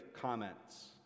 comments